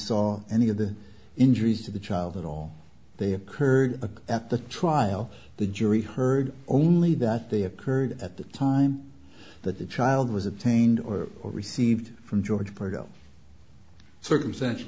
saw any of the injuries to the child at all they occurred at the trial the jury heard only that they occurred at the time that the child was obtained or or received from george pero circumstantial